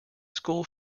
school